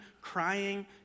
crying